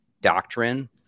doctrine